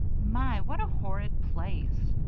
my! what a horrid place!